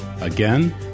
Again